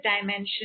dimension